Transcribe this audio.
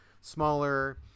smaller